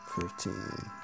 fifteen